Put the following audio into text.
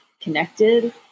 connected